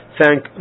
thank